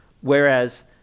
whereas